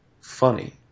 funny